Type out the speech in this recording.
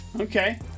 Okay